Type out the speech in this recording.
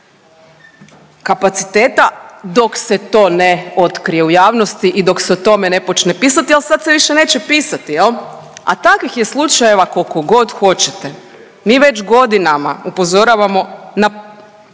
kapaciteta dok se to ne otkrije u javnosti i dok se o tome ne počne pisati. Ali sad se više neće pisati, jel'? A takvih je slučajeva koliko god hoćete. Mi već godinama upozoravamo na